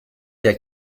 der